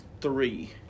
three